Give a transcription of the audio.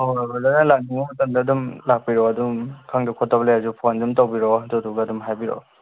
ꯍꯣꯏ ꯍꯣꯏ ꯍꯣꯏ ꯕ꯭ꯔꯗꯔꯅ ꯂꯥꯛꯅꯤꯡꯕ ꯃꯇꯝꯗ ꯑꯗꯨꯝ ꯂꯥꯛꯄꯤꯔꯣ ꯑꯗꯨꯝ ꯈꯪꯗ ꯈꯣꯠꯇꯕ ꯂꯩꯔꯁꯨ ꯐꯣꯟ ꯑꯗꯨꯝ ꯇꯧꯕꯤꯔꯣ ꯑꯗꯨꯗꯨꯒ ꯑꯗꯨꯝ ꯍꯥꯏꯕꯤꯔꯛꯑꯣ